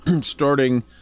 starting